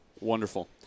Wonderful